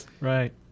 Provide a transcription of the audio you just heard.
Right